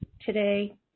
today